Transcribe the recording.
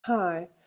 Hi